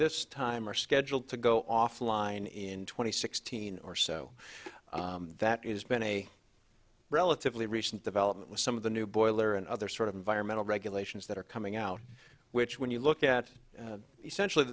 this time are scheduled to go offline in two thousand and sixteen or so that is been a relatively recent development with some of the new boiler and other sort of environmental regulations that are coming out which when you look at essentially